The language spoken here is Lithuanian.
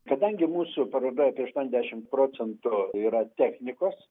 kadangi mūsų paroda apie aštuoniasdešim procentų yra technikos